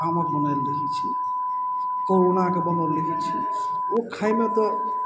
आमक बनल रहै छै कोरोनाके बनल रहै छै ओ खाइमे तऽ